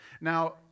Now